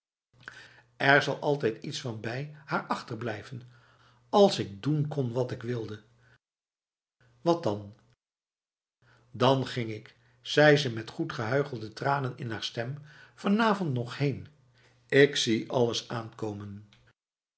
er zal altijd iets van bij haar achterblijven als ik doen kon wat ik wildeb wat dan dan ging ik zei ze met goed gehuichelde tranen in haar stem vanavond nog heen ik zie alles aankomen